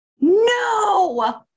No